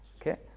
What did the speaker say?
Okay